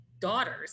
daughters